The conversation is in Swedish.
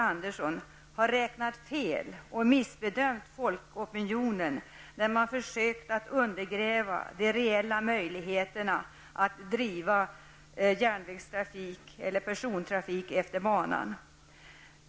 Andersson har räknat fel och missbedömt folkopinionen när man har försökt att undergräva de reella möjligheterna att driva persontrafik på banan.